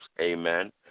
amen